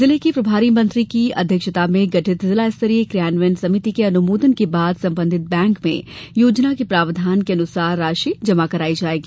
जिले के प्रभारी मंत्री की अध्यक्षता में गठित जिला स्तरीय क्रियान्वयन समिति के अनुमोदन के बाद संबंधित बैंक में योजना के प्रावधान के अनुसार राशि जमा कराई जायेगी